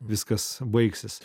viskas baigsis